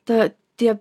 ta tie